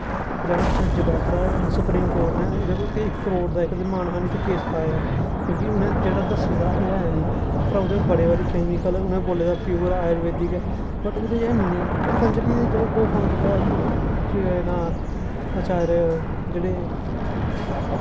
जित्थै जज्ज बैठदा सुप्रीम कोर्ट नै ओह्दे पर इक करोड़ दा मान हानि दा केस पाए दा क्योंकि उ'नें जेह्ड़ा दस्से दा ओह् है निं उप्पर ओह्दे पर बड़े कैमिकल उ'नें बोले दा प्योर आयुर्वेदिक ऐ बट ओह्दे च है निं ऐ पतंजली दे जेह्ड़े को फाउंडर ऐ मतलब केह् नांऽ आचार्य जेह्ड़े